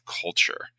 culture